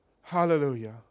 Hallelujah